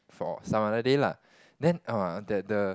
for some other day lah then oh that the